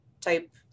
type